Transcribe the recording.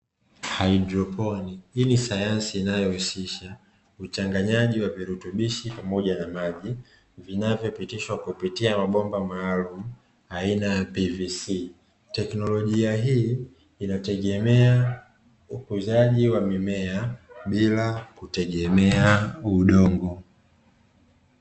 Haidroponi hii ni sayansi inayohusisha uchanganyaji wa virutubishi pamoja na maji, vinavyopitishwa kupitia mabomba maalumu aina ya "pvc", teknolojia hii inategemea ukuzaji wa mimea bila kutegemea udongo.